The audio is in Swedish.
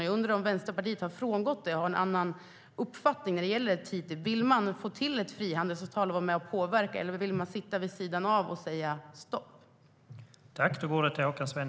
Jag undrar om Vänsterpartiet har frångått det och har en annan uppfattning när det gäller TTIP. Vill man få till ett frihandelsavtal och vara med och påverka, eller vill man sitta vid sidan av och säga stopp?